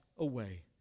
away